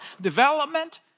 development